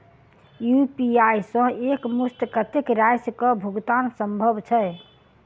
UPI सऽ एक मुस्त कत्तेक राशि कऽ भुगतान सम्भव छई?